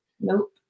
Nope